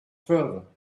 further